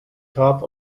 top